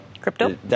Crypto